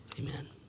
Amen